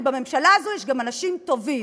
כי בממשלה הזאת יש גם אנשים טובים.